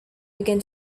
began